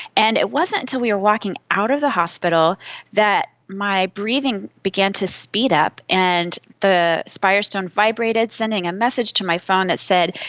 and it wasn't until we were walking out of the hospital that my breathing began to speed up and the spire stone vibrated, sending a message to my phone that said,